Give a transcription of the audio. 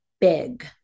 big